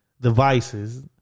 devices